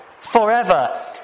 forever